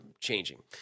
changing